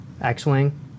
X-Wing